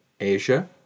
Asia